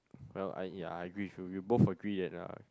well I yeah I agree with you we both agree that uh